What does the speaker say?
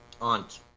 aunt